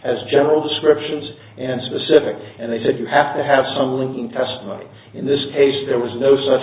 as general descriptions and specific and they said you have to have some linking testimony in this case there was no such